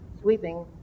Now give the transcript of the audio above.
sweeping